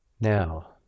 now